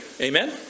Amen